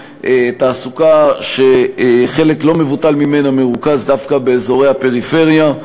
תעסוקה שחלק לא מבוטל ממנה מרוכז דווקא באזורי הפריפריה,